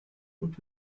und